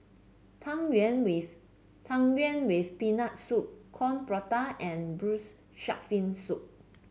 Tang Yuen with Tang Yuen with Peanut Soup Coin Prata and Braised Shark Fin Soup